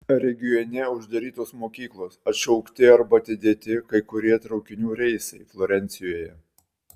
regione uždarytos mokyklos atšaukti arba atidėti kai kurie traukinių reisai florencijoje